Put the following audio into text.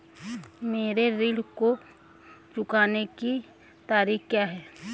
मेरे ऋण को चुकाने की तारीख़ क्या है?